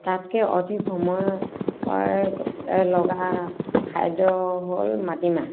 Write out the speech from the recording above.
তাতকৈ অধিক সময়ৰ লগা খাদ্য হ'ল মাটিমাহ